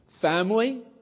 family